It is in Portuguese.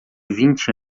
vinte